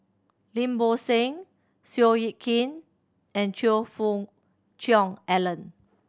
Lim Bo Seng Seow Yit Kin and Choe Fook Cheong Alan